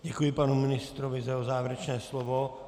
Děkuji panu ministrovi za jeho závěrečné slovo.